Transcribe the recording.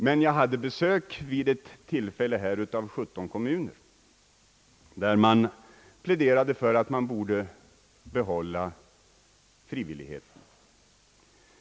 Men vid detta tillfälle pläderade dessa 17 kommuner för att man skulle behålla frivilligheten.